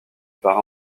par